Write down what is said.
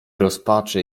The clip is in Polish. rozpaczy